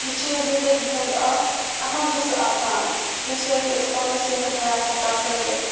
یہِ چھِ زندگی ہُنٛد اکھ اہم حصہٕ آسان ییٚمہِ سۭتۍ أسۍ پنٛنہِ صحتُک خیال چھِ ہٮ۪کان تھاوِتھ